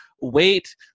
wait